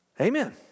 Amen